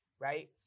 right